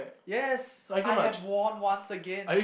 yes I have won once again